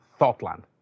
Thoughtland